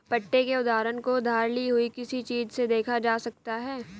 पट्टे के उदाहरण को उधार ली हुई किसी चीज़ से देखा जा सकता है